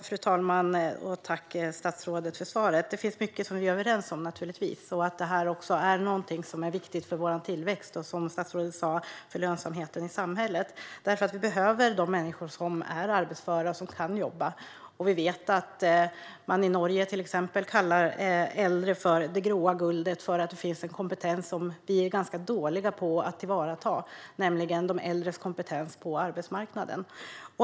Fru talman! Tack, statsrådet, för svaret! Det finns naturligtvis mycket som vi är överens om, bland annat att detta också är någonting som är viktigt för vår tillväxt och, som statsrådet sa, för lönsamheten i samhället. Vi behöver de människor som är arbetsföra och som kan jobba. Vi vet att man till exempel i Norge kallar äldre för det grå guldet. Det finns en kompetens som vi är ganska dåliga på att tillvarata, nämligen de äldres kompetens på arbetsmarknaden.